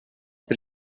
per